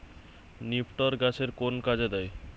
নিপটর গাছের কোন কাজে দেয়?